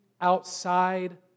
outside